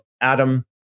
Adam